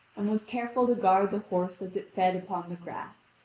and was careful to guard the horse as it fed upon the grass,